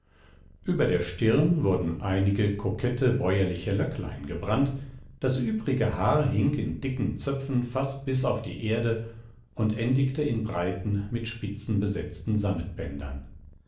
über der stirn wurden einige kokette bäuerliche löcklein gebrannt das übrige haar hing in dicken zöpfen fast bis auf die erde und endigte in breiten mit spitzen besetzten